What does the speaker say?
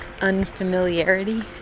unfamiliarity